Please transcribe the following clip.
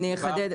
אני אחדד.